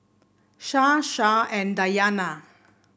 Shah Shah and Dayana